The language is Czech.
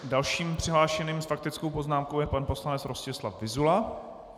Dalším přihlášeným s faktickou poznámkou je pan poslanec Rostislav Vyzula.